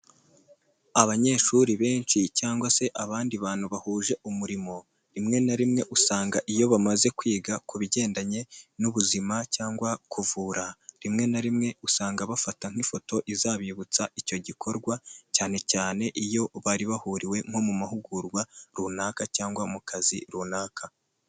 Abanyeshuri benshi cyangwa se abandi bantu bahuje umurimo rimwe na rimwe usanga iyo bamaze kwiga ku bigendanye n'ubuzima cyangwa kuvura rimwe na rimwe usanga bafata nk'ifoto izabibutsa icyo gikorwa cyane cyane iyo bari bahuriwe nko mu mahugurwa runaka cyangwa mu kazi runaka.